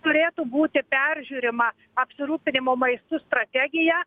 turėtų būti peržiūrima apsirūpinimo maistu strategija